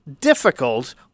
Difficult